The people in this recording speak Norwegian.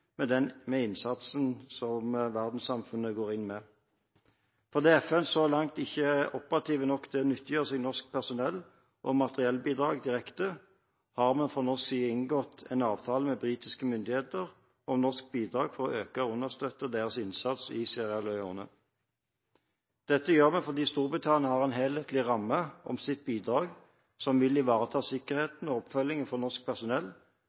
med innsatsen som verdenssamfunnet går inn med. Fordi FN så langt ikke er operativ nok til å nyttiggjøre seg norsk personell- og materiellbidrag direkte, har vi fra norsk side inngått en avtale med britiske myndigheter om norske bidrag for å øke og understøtte deres innsats i Sierra Leone. Dette gjør vi fordi Storbritannia har en helhetlig ramme om sitt bidrag som vil ivareta sikkerhet og oppfølging for norsk personell,